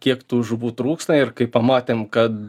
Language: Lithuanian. kiek tų žuvų trūksta ir kai pamatėm kad